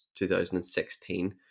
2016